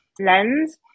lens